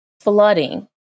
Flooding